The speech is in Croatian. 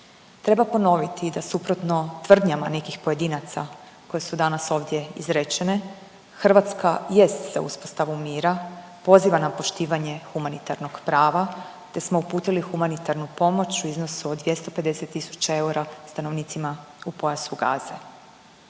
Treba ponoviti i da suprotno tvrdnjama nekih pojedinaca koje su danas ovdje izrečene Hrvatska jest za uspostavu mira, poziva na poštivanje humanitarnog prava, te smo uputili humanitarnu pomoć u iznosu od 250000 eura stanovnicima u pojasu Gaze.